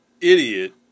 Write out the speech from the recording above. idiot